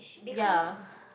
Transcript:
ya